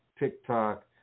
TikTok